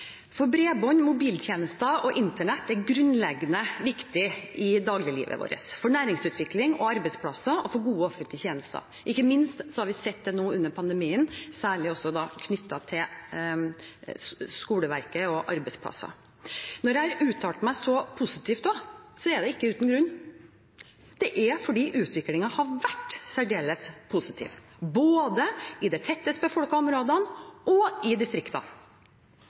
Bredbånd, mobiltjenester og internett er grunnleggende viktig i dagliglivet vårt – for næringsutvikling og arbeidsplasser og for gode offentlige tjenester. Ikke minst har vi sett det nå, under pandemien, særlig knyttet til skoleverket og arbeidsplasser. Når jeg har uttalt meg så positivt, er det ikke uten grunn. Det er fordi utviklingen har vært særdeles positiv, både i de tettest befolkede områdene og i